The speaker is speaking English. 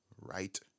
right